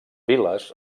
vil·les